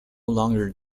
longer